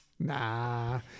Nah